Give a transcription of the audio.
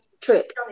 trick